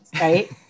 right